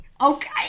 okay